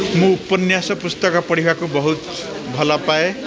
ମୁଁ ଉପନ୍ୟାସ ପୁସ୍ତକ ପଢ଼ିବାକୁ ବହୁତ ଭଲ ପାଏ